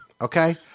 Okay